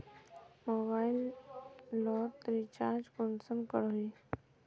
Mobile लोत recharge कुंसम करोही?